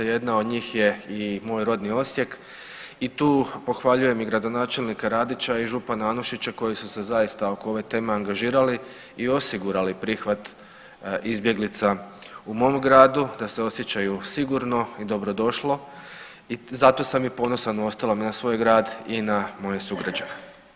Jedna od njih je i moj rodni Osijek i tu pohvaljujem i gradonačelnika Radića i župna Anušića koji su se zaista oko ove teme angažirali i osigurali prihvat izbjeglica u mom gradu, da se osjećaju sigurno i dobrodošlo i zato sam i ponosan uostalom i na svoj grad i na moje sugrađane.